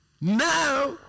Now